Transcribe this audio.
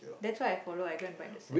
that's why I follow I go and bite the side